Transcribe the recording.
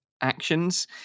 actions